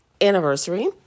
anniversary